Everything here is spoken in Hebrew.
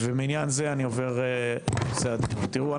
תראו,